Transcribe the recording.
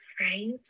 right